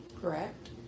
Correct